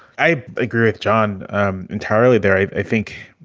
i agree with john entirely, barry. i think.